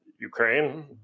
Ukraine